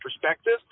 perspective